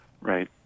right